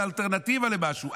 אלטרנטיבה למשהו,